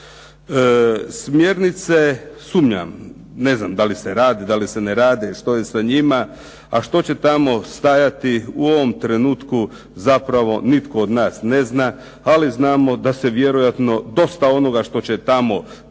Smjernice, sumnjam, ne znam da li se rade da li se rade što je s njima, a što će tamo stajati u ovom trenutku zapravo nitko od nas ne zna ali znamo da vjerojatno ono što će tamo biti